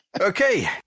Okay